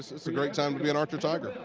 it's a great time to be an archer tiger.